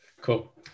Cool